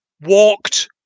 walked